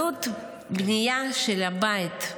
עלות בנייה של בית,